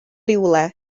rywle